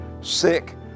sick